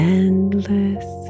endless